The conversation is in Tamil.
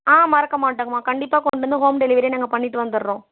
ஆ மறக்க மாட்டேங்கம்மா கண்டிப்பாக கொண்டு வந்து ஹோம் டெலிவரியே நாங்கள் பண்ணிட்டு வந்துடுறோம்